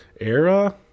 Era